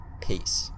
Peace